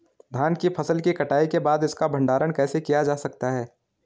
धान की फसल की कटाई के बाद इसका भंडारण कैसे किया जा सकता है?